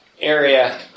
area